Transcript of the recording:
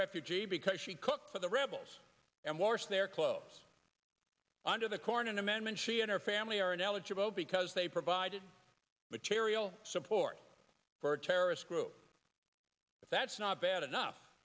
refugee because she cooked for the rebels and wash their clothes under the corn amendment she and her family are ineligible because they provided material support for a terrorist group but that's not bad enough